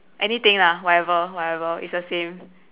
anything lah whatever whatever is the same